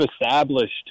established